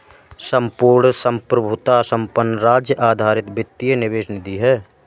संपूर्ण संप्रभुता संपन्न राज्य आधारित वित्तीय निवेश निधि है